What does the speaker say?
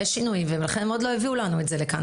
יש שינויים ולכן הם לא הביאו את זה לכאן.